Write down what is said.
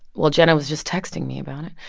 well, jenna was just texting me about it.